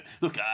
Look